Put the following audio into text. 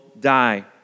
die